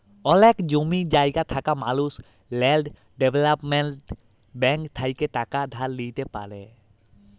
অলেক জমি জায়গা থাকা মালুস ল্যাল্ড ডেভেলপ্মেল্ট ব্যাংক থ্যাইকে টাকা ধার লিইতে পারি